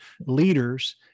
leaders